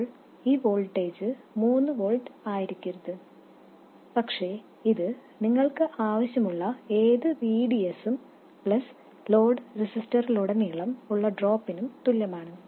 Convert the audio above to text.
ഇപ്പോൾ ഈ വോൾട്ടേജ് മൂന്ന് വോൾട്ട് ആയിരിക്കരുത് പക്ഷേ ഇത് നിങ്ങൾക്ക് ആവശ്യമുള്ള ഏത് VDS ഉം പ്ലസ് ലോഡ് റെസിസ്റ്ററിലുടനീളം ഉള്ള ഡ്രോപ്പിനും തുല്യമാണ്